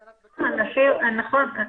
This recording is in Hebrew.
נכון,